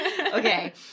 Okay